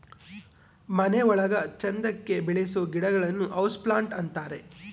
ಮನೆ ಒಳಗ ಚಂದಕ್ಕೆ ಬೆಳಿಸೋ ಗಿಡಗಳನ್ನ ಹೌಸ್ ಪ್ಲಾಂಟ್ ಅಂತಾರೆ